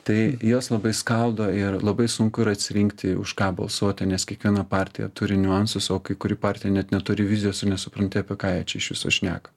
tai jos labai skaldo ir labai sunku ir atsirinkti už ką balsuoti nes kiekviena partija turi niuansus o kai kuri partija net neturi vizijos ir nesupranti apie ką jie čia iš viso šneka